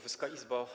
Wysoka Izbo!